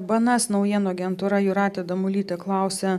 bns naujienų agentūra jūratė damulytė klausia